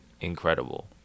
incredible